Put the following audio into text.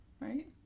right